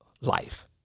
life